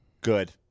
good